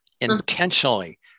intentionally